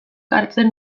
hartzen